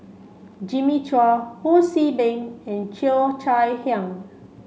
Jimmy Chua Ho See Beng and Cheo Chai Hiang